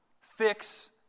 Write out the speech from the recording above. fix